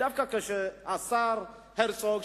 דווקא כשהשר הרצוג,